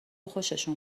خوششون